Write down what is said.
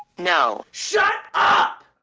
no shut up!